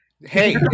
Hey